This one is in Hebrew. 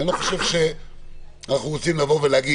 כי אני לא חושב שאנחנו רוצים לבוא ולהגיד